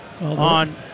on